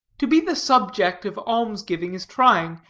to be the subject of alms-giving is trying,